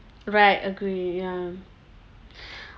right agree ya